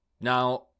Now